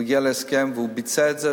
הוא הגיע להסכם והוא ביצע את זה,